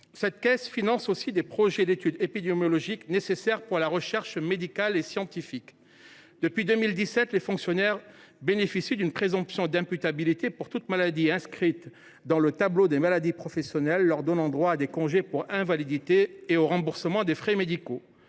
Cette caisse finance en outre des études épidémiologiques qui alimentent la recherche médicale et scientifique. Depuis 2017, les fonctionnaires bénéficient d’une présomption d’imputabilité pour toute maladie inscrite dans l’un des tableaux des maladies professionnelles, ce qui leur donne droit à des congés pour invalidité et au remboursement des frais médicaux.